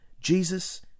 Jesus